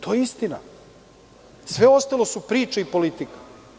To je istina, a sve ostalo su priče i politika.